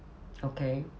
okay